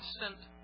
constant